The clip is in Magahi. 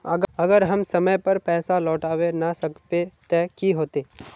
अगर हम समय पर पैसा लौटावे ना सकबे ते की होते?